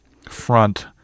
front